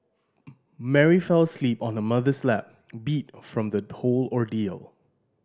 Mary fell asleep on her mother's lap beat from the whole ordeal